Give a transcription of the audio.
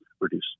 reduce